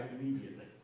immediately